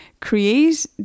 create